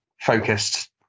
focused